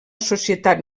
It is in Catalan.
societat